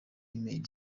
email